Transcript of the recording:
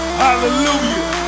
hallelujah